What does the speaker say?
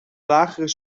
lagere